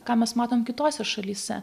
ką mes matom kitose šalyse